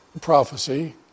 prophecy